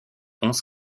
onze